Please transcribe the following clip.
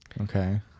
Okay